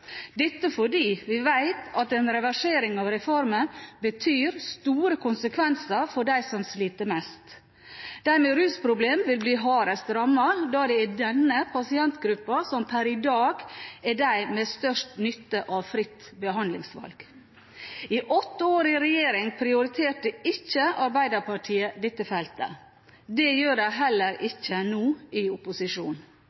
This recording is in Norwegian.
dette fordi vi vet at en reversering av reformen betyr store konsekvenser for dem som sliter mest. De med rusproblemer vil bli hardest rammet, da det er denne pasientgruppen som per i dag er den med størst nytte av fritt behandlingsvalg. I åtte år i regjering prioriterte ikke Arbeiderpartiet dette feltet. Det gjør de heller